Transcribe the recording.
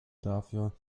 dafür